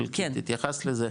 התייחסת לזה,